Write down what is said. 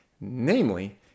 Namely